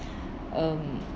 um